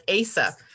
Asa